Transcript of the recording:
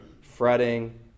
fretting